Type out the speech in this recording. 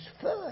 first